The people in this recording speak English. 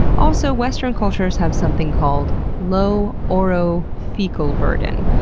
also western cultures have something called low orofecal burden.